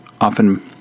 often